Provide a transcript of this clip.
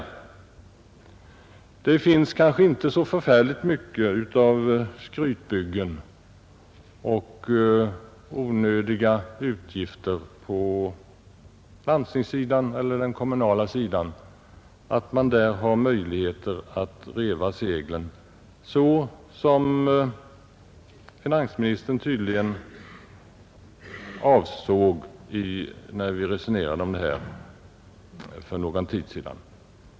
Det förekommer kanske inte så förfärligt mycket av skrytbyggen och onödiga utgifter på landstingssidan eller den kommunala sidan att man där har möjligheter att reva seglen, såsom finansministern tydligen avsåg när vi resonerade om det här för någon tid sedan.